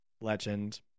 Legend